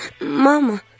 Mama